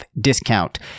discount